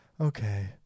Okay